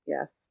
Yes